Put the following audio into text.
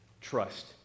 trust